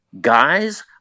guys